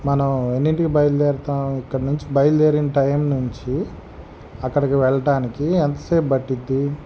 మనం ఎన్నింటికి బయల్దేరుతాం ఇక్కడ నుంచి బయల్దేరిన టైమ్ నుంచి అక్కడికి వెళ్ళటానికి ఎంతసేపు పట్టిద్ది